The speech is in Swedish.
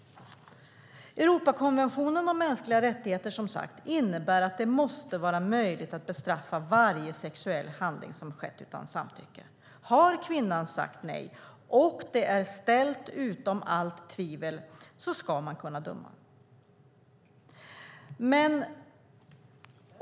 Europakonventionen om mänskliga rättigheter innebär att det måste vara möjligt att bestraffa varje sexuell handling som skett utan samtycke. Har kvinnan sagt nej och det är ställt utom allt tvivel ska man kunna döma.